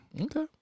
Okay